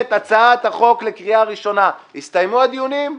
הצעת החוק לקריאה ראשונה" הסתיימו הדיונים?